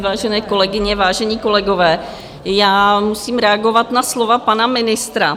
Vážené kolegyně, vážení kolegové, já musím reagovat na slova pana ministra.